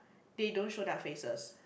they don't show their faces